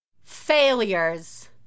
Failures